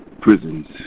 prisons